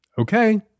okay